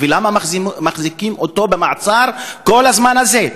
ולמה מחזיקים אותו במעצר כל הזמן הזה.